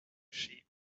sheep